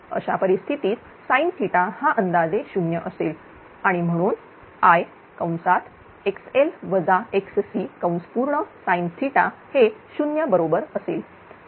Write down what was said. अशा परिस्थितीत sin हा अंदाजे 0 असेल आणि म्हणून I sin हे 0 बरोबर असेल